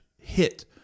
hit